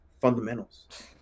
Fundamentals